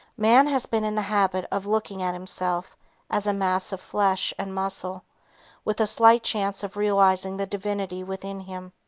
man has been in the habit of looking at himself as a mass of flesh and muscle with a slight chance of realizing the divinity within him.